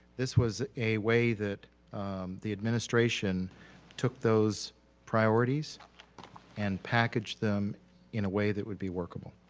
this was a way that the administration took those priorities and packaged them in a way that would be workable.